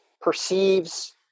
perceives